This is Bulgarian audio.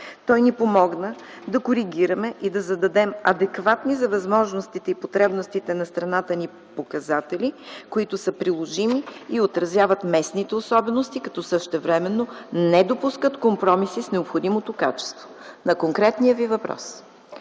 Той ни помогна да коригираме и да зададем адекватни за възможностите и потребностите на страната ни показатели, които са приложими и отразяват местните особености, като същевременно не допускат компромиси с необходимото качество. На конкретния Ви въпрос: